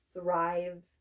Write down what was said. thrive